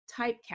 typecast